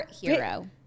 hero